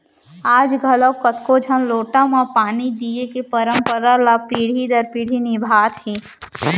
आज घलौक कतको झन लोटा म पानी दिये के परंपरा ल पीढ़ी दर पीढ़ी निभात हें